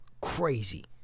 Crazy